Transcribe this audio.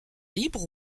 libre